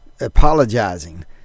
apologizing